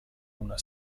una